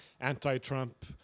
anti-Trump